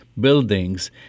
buildings